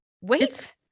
wait